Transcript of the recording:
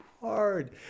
hard